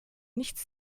nichts